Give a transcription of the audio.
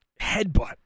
headbutt